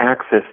access